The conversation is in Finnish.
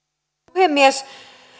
puhemies